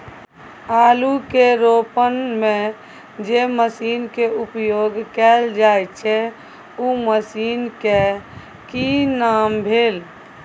आलू के रोपय में जे मसीन के उपयोग कैल जाय छै उ मसीन के की नाम भेल?